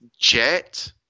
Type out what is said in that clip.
Jet